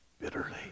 bitterly